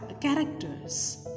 characters